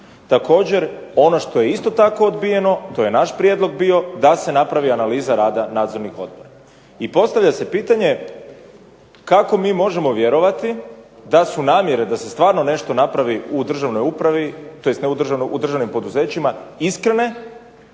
Također, ono što je isto tako odbijeno, to je naš prijedlog bio, da se napravi analiza rada nadzornih odbora. I postavlja se pitanje kako mi možemo vjerovati da su namjere da se stvarno nešto napravi u državnoj upravi, tj. u državnim poduzećima iskrene